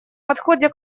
подходе